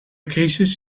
crisis